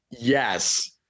Yes